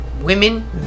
women